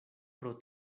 pro